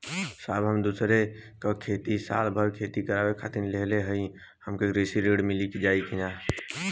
साहब हम दूसरे क खेत साल भर खेती करावे खातिर लेहले हई हमके कृषि ऋण मिल जाई का?